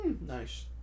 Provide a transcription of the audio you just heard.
nice